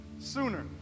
sooner